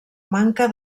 manca